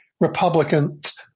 Republicans